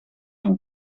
van